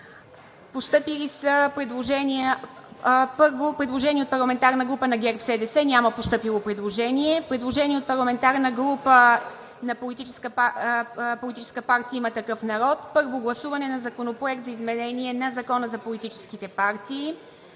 от парламентарни групи. Предложение от парламентарната група на ГЕРБ-СДС. Няма постъпило предложение. Предложение от парламентарната група на Политическа партия „Има такъв народ“: 1. Първо гласуване на Законопроекта за изменение на Закона за политическите партии.